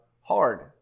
hard